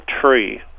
tree